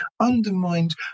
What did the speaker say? undermined